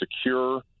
secure